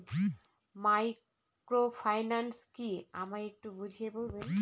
Microfinance কি আমায় একটু বুঝিয়ে বলবেন?